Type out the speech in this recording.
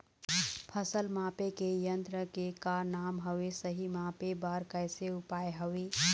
फसल मापे के यन्त्र के का नाम हवे, सही मापे बार कैसे उपाय हवे?